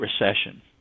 Recession